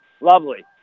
Lovely